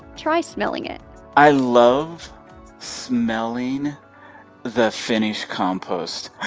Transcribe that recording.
try smelling it i love smelling the finished compost.